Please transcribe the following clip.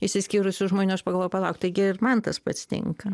išsiskyrusių žmonių aš pagalvojau palauk taigi ir man tas pats tinka